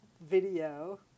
video